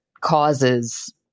causes